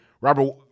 Robert